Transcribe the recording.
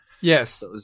Yes